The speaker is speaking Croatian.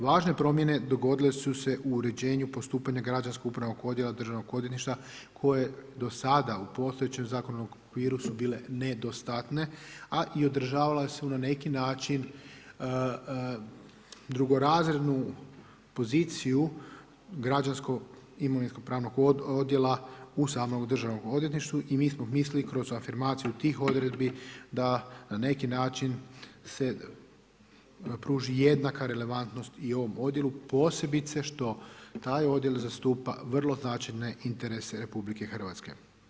Važne promjene dogodile su se u uređenju postupanja građansko-upravnog odjela Državnog odvjetništva koje do sada u postojećem zakonodavnom okviru su bile nedostatne, a i odražavale su na neki način drugorazrednu poziciju građansko- imovinskopravnog odjela u samom Državnom odvjetništvu i mi smo mislili kroz afirmaciju tih odredbi da na neki način se pruži jednaka relevantnost i ovom odjelu, posebice što taj odjel zastupa vrlo značajne interese Republike Hrvatske.